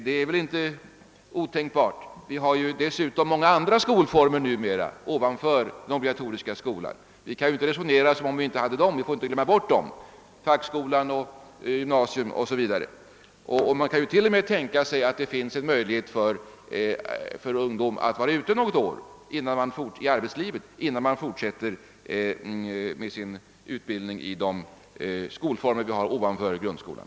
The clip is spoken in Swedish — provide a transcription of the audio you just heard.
Det är väl inte otänkbart. Vi har många andra skolformer ovanpå den obligatoriska skolan. Vi kan inte resonera som om dessa inte fanns. Vi får inte glömma bort fackskolan, gymnasiet o. s. v. Man kan t.o.m. tänka sig möjligheten att ungdomarna får vara ute i arbetslivet något år, innan de fortsätter sin utbildning i de skolformer vi har ovanför grundskolan.